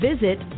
visit